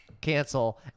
cancel